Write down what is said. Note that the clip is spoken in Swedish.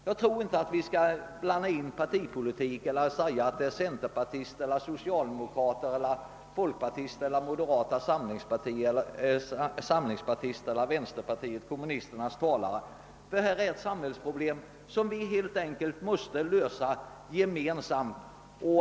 Jag tror inte att vi skall blanda in partipolitik och säga att det gäller centerpartister, socialdemokrater, folkpartister eller talare från moderata samlingspartiet eller vänsterpartiet kommunisterna. Detta är ett samhällsproblem som vi helt enkelt måste lösa gemensamt.